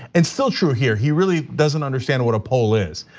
and still true here. he really doesn't understand what a poll is.